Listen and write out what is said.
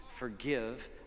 Forgive